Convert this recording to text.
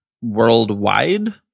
worldwide